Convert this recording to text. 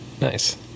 Nice